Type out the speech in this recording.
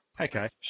Okay